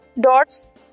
dots